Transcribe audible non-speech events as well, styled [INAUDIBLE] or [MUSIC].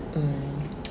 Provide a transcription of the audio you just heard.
um [NOISE]